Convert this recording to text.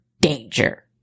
danger